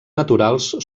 naturals